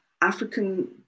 African